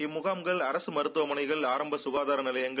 இந்த முகாம்கள் அரசு மருத்துவமனைகள் ஆரம்ப க்காதா நிலையங்கள்